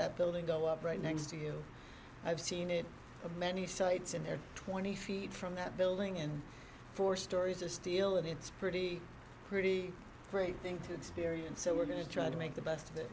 that building go up right next to you i've seen it many sites and they're twenty feet from that building and four stories of steel and it's pretty pretty great thing to experience so we're going to try to make the best